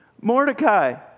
Mordecai